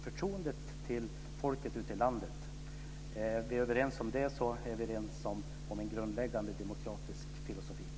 Förtroende till folket ute i landet - är vi överens om det är vi överens om min grundläggande demokratiska filosofi.